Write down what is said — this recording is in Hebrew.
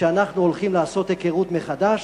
שאנחנו הולכים לעשות היכרות מחדש,